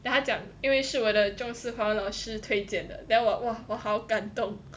then 他讲因为是我的中四华文老师推荐的 then 我哇我好感动